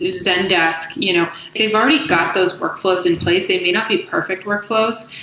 ah zendesk, you know they've already got those workflows in place. they may not be perfect workflows,